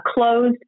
closed